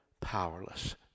powerless